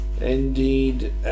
Indeed